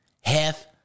half